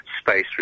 space